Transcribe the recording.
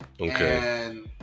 Okay